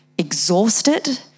exhausted